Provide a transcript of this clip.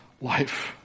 life